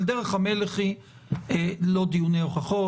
אבל דרך המלך היא לא דיוני הוכחות.